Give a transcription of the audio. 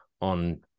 on